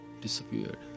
disappeared